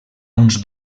uns